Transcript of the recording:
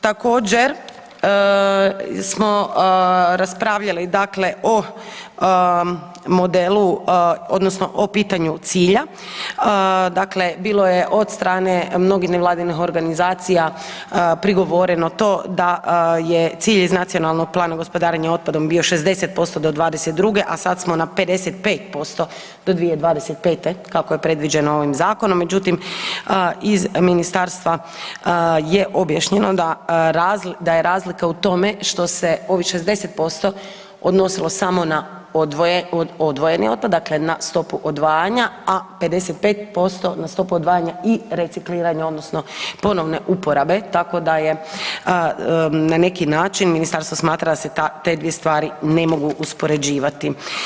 Također smo raspravljali o modelu odnosno o pitanju cilja, bilo je od strane mnogih nevladinih organizacija prigovoreno to da je cilj iz Nacionalnog plana gospodarenja otpadom bio 60% do '22., a sad smo na 55% do 2025. kako je predviđeno ovim zakonom, međutim iz ministarstva je objašnjeno da je razlika u tome što se ovih 60% odnosilo samo na odvojeni otpad dakle na stopu odvajanja, a 55% na stopu odvajanja i recikliranja odnosno ponovne uporabe, tako da je na neki način ministarstvo smatra da se te dvije stvari ne mogu uspoređivati.